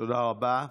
תודה רבה.